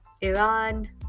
Iran